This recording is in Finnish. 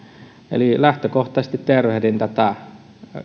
eli lähtökohtaisesti tervehdin tätä